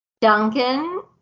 Duncan